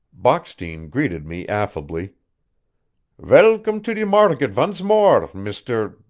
bockstein greeted me affably velgome to de marget vonce more, mr,